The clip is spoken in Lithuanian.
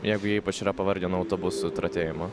jeigu jie ypač yra pavargę nuo autobusų tratėjimo